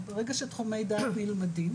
ברגע שתחומי דעת נלמדים,